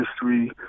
history